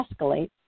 escalate